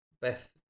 beth